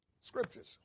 Scriptures